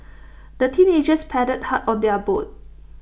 the teenagers paddled hard on their boat